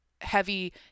heavy